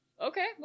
okay